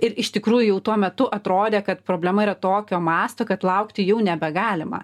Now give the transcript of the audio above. ir iš tikrųjų jau tuo metu atrodė kad problema yra tokio masto kad laukti jau nebegalima